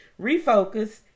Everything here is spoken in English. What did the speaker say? Refocus